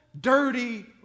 dirty